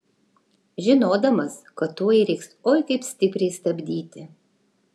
žinodamas kad tuoj reiks oi kaip stipriai stabdyti